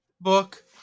book